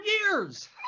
years